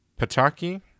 Pataki